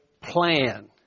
plan